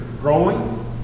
growing